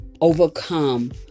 overcome